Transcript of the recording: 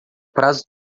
prazo